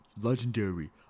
legendary